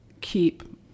keep